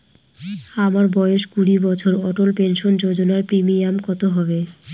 আমার বয়স কুড়ি বছর অটল পেনসন যোজনার প্রিমিয়াম কত হবে?